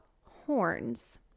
horns